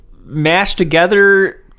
mashed-together